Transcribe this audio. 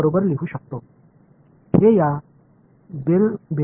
நான் எளிமையாக மற்றும் என்று எழுத முடியும்